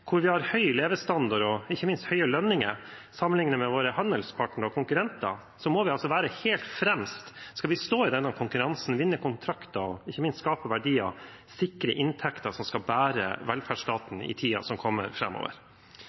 hvor vi har høy levestandard og ikke minst høye lønninger sammenlignet med våre handelspartnere og konkurrenter, må vi være helt fremst hvis vi skal stå i denne konkurransen, vinne kontrakter, og ikke minst skape verdier og sikre inntekter som skal bære velferdsstaten i tiden som kommer.